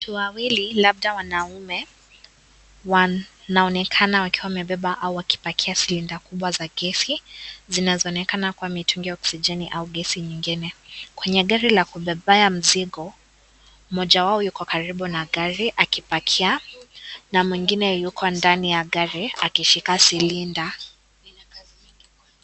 Watu wawili labda wanaume. Wanaonekana wakiwa wamebeba au wakipakia silinda kubwa za gesi. Zinazonekana kuwa mitungi oksijeni au gesi nyingene kwenye gari la kubeba ya mzigo, moja wao yuko karibu na gari akipakia, na mwingine ilukua ndani ya gari akishika silinda.